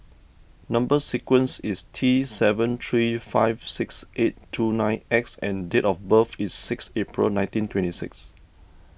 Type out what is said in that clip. Number Sequence is T seven three five six eight two nine X and date of birth is six April nineteen twenty six